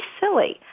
silly